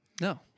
no